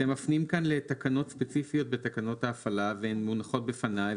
אתם מפנים כאן לתקנות ספציפיות בתקנות ההפעלה והן מונחות בפניי.